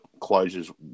closures